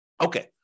Okay